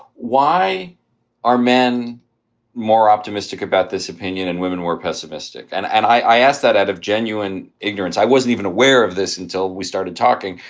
why are men more optimistic about this opinion? and women were pessimistic. and and i asked that out of genuine ignorance. i wasn't even aware of this until we started talking,